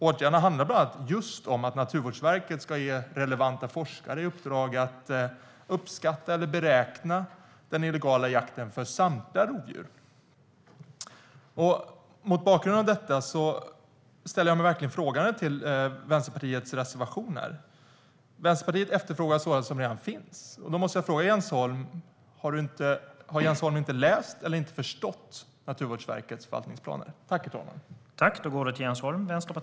Åtgärderna handlar bland annat just om att Naturvårdsverket ska ge relevanta forskare i uppdrag att uppskatta eller beräkna den illegala jakten på samtliga rovdjur. Mot bakgrund av detta ställer jag mig verkligen frågande till Vänsterpartiets reservationer. Vänsterpartiet efterfrågar sådant som redan finns. Då måste jag fråga Jens Holm: Har Jens Holm inte läst eller inte förstått Naturvårdsverkets förvaltningsplaner?